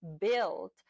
built